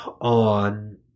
on